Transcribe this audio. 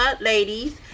ladies